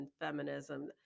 feminism